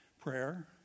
Prayer